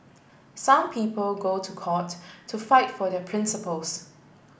some people go to court to fight for their principles